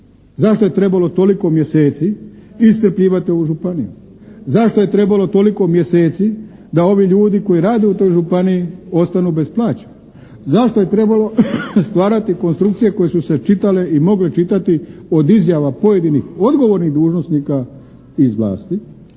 Zašto je trebalo toliko mjeseci iscrpljivati ovu županiju? Zašto je trebalo toliko mjeseci da ovi ljudi koji rade u toj županiji ostanu bez plaća? Zašto je trebalo stvarati konstrukcije koje su se čitale i mogle čitati od izjava pojedinih odgovornih dužnosnika iz vlasti